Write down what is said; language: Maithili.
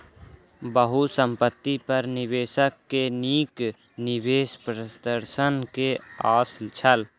बहुसंपत्ति पर निवेशक के नीक निवेश प्रदर्शन के आस छल